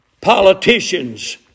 politicians